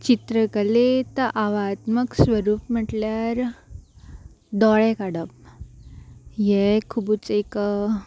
चित्रकलेत आव्हात्मक स्वरूप म्हटल्यार दोळे काडप हें खुबूच एक